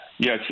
Yes